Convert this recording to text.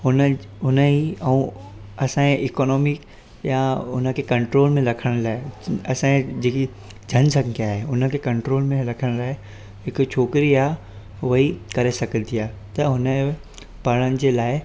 हुन उनजी ऐं असांजे इकॉनोमी या उनखे कंट्रोल में रखण लाइ असांजी जेकी जनसंख्या आहे उनखे कंट्रोल में रखण लाइ हिकु छोकिरी आहे उहेई करे सघंदी आहे त हुनजो पढ़ण जे लाइ